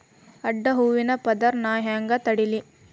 ಅಡ್ಡ ಹೂವಿನ ಪದರ್ ನಾ ಹೆಂಗ್ ತಡಿಲಿ?